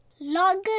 longer